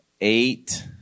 eight